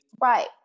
Right